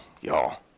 y'all